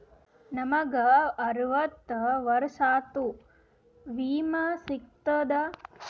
ನಮ್ ಗ ಅರವತ್ತ ವರ್ಷಾತು ವಿಮಾ ಸಿಗ್ತದಾ?